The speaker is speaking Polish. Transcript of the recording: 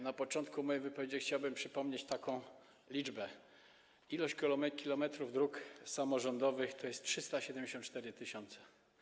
Na początku mojej wypowiedzi chciałbym przypomnieć taką liczbę: ilość kilometrów dróg samorządowych to 374 tys.